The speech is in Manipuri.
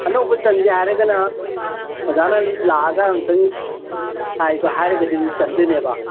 ꯑꯅꯧꯕ ꯆꯟꯁꯦ ꯍꯥꯏꯔꯒꯅ ꯑꯣꯖꯥꯅ ꯂꯥꯛꯑꯒ ꯑꯝꯇꯪ ꯄ꯭ꯔꯥꯏꯁꯇꯣ ꯍꯥꯏꯔꯒꯗꯤ ꯆꯟꯗꯣꯏꯅꯦꯕ